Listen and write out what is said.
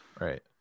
right